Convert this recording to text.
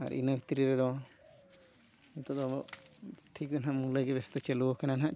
ᱟᱨ ᱤᱱᱟᱹ ᱵᱷᱤᱛᱨᱤ ᱨᱮᱫᱚ ᱱᱤᱛᱳᱜ ᱫᱚ ᱴᱷᱤᱠ ᱫᱚ ᱱᱟᱦᱟᱸᱜ ᱢᱩᱞᱟᱹ ᱜᱮ ᱵᱮᱥᱤ ᱫᱚ ᱪᱟᱹᱞᱩ ᱟᱠᱟᱱᱟ ᱱᱟᱦᱟᱸᱜ